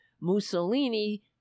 Mussolini